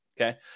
Okay